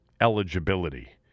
eligibility